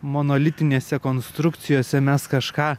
monolitinėse konstrukcijose mes kažką